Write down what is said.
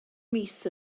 mis